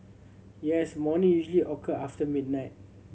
yes morning usually occur after midnight